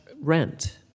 rent